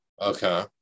Okay